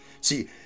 See